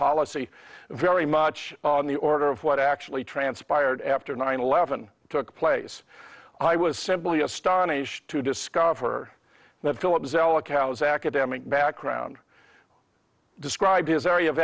policy very much on the order of what actually transpired after nine eleven took place i was simply astonished to discover that philip zelikow is academic background describe his area of